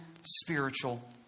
spiritual